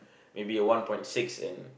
maybe a one point six and